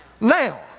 now